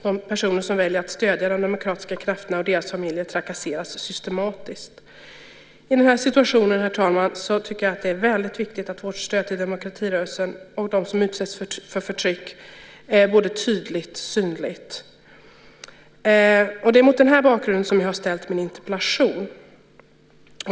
De personer som väljer att stödja de demokratiska krafterna och deras familjer trakasseras systematiskt. I den här situationen, herr talman, tycker jag att det är väldigt viktigt att vårt stöd till demokratirörelsen och dem som utsätts för förtryck är både tydligt och synligt. Det är mot den bakgrunden som jag har ställt min interpellation.